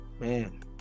Man